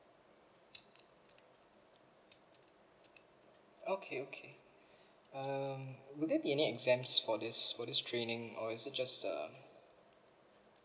okay okay um will there be any exams for this for this training or is it just uh